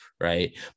Right